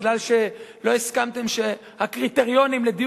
מכיוון שלא הסכמתם שהקריטריונים לדיור